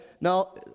Now